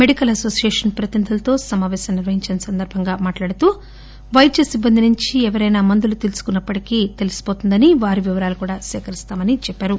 medical association ప్రతినిధులతో సమాపేశం నిర్వహించిన సందర్బంగా మాట్లాడుతూ పైద్య సిబ్బంది నుంచి ఎవరైనా మందులు తీసుకున్న ప్పటికీ తెలిసిపోతుందని వారి వివరాలను కూడా ఇప్పుడు సేకరిస్తామని చెప్పారు